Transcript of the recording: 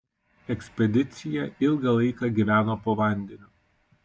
ekspedicija ilgą laiką gyveno po vandeniu